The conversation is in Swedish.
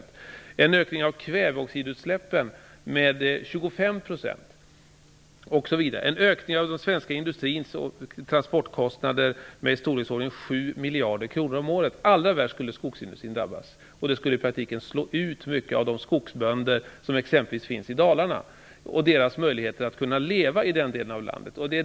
Det skulle innebära en ökning av kväveoxidutsläppen med 25 %. Det skulle innebära en ökning av den svenska industrins transportkostnader med ca 7 miljarder kronor om året. Allra värst skulle skogsindustrin drabbas, och det skulle i praktiken slå ut många av de skogsbönder som exempelvis finns i Dalarna när det gäller deras möjligheter att leva i den delen av landet.